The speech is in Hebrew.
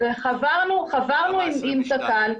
-- חברנו עם קק"ל,